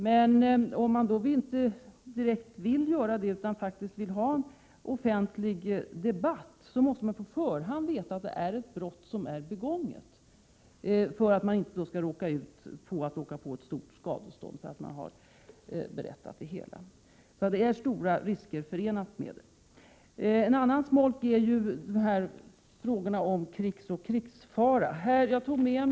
Men om man inte vill göra det utan 18 maj 1988 faktiskt vill ha offentlig debatt, då måste man på förhand veta att ett brott är Ändringar i tryckfri begånget. Annars kan man råka ut för att få betala ett stort skadestånd, hetsförordningen därför att man har berättat det hela. Det är alltså stora risker förenade med Rö dessa frågor. Ett annat smolk är frågorna om krig och krigsfara.